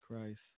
Christ